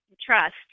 trust